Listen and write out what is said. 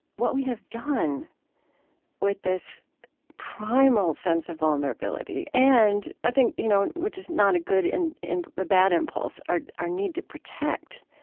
what we have done with this primal sense of vulnerability and, i think, you know, which is not a good and a but bad impulse, our our need to protect,